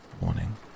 morning